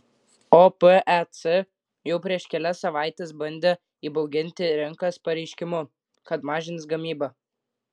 opec jau prieš kelias savaites bandė įbauginti rinkas pareiškimu kad mažins gamybą